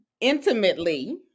intimately